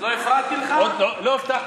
לא הפרעתי לך, עוד לא הבטחתי.